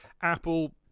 Apple